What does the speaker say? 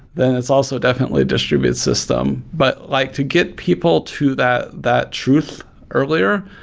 then it's also definitely distributed system. but like to get people to that that truth earlier,